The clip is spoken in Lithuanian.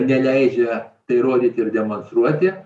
neleidžia tai rodyti ir demonstruoti